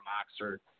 Oxford